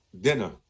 Dinner